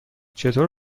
چطور